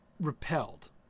repelled